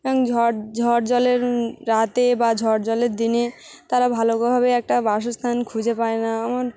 এবং ঝড় ঝড় জলের রাতে বা ঝড় জলের দিনে তারা ভালোভাবে একটা বাসস্থান খুঁজে পায় না আমার